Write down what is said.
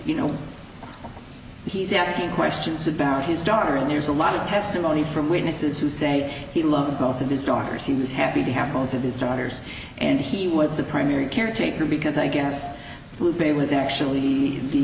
you know he's asking questions about his daughter and there's a lot of testimony from witnesses who say he loved both of his daughters he was happy to have both of his daughters and he was the primary caretaker because i guess blue bay was actually